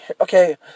okay